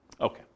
Okay